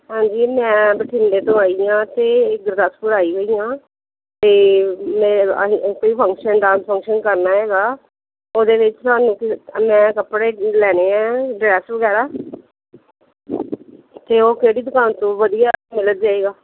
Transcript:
ਹਾਂਜੀ ਮੈਂ ਬਠਿੰਡੇ ਤੋਂ ਆਈ ਹਾਂ ਅਤੇ ਇਹ ਗੁਰਦਾਸਪੁਰ ਆਈ ਹੋਈ ਹਾਂ ਅਤੇ ਮੈਂ ਆਹੀ ਕੋਈ ਫੰਕਸ਼ਨ ਡਾਂਸ ਫੰਕਸ਼ਨ ਕਰਨਾ ਹੈਗਾ ਉਹਦੇ ਵਿੱਚ ਸਾਨੂੰ ਕੋਈ ਮੈਂ ਕੱਪੜੇ ਲੈਣੇ ਹੈ ਡਰੈਸ ਵਗੈਰਾ ਅਤੇ ਉਹ ਕਿਹੜੀ ਦੁਕਾਨ ਤੋਂ ਵਧੀਆ ਮਿਲ ਜਏਗਾ